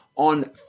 On